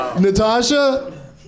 Natasha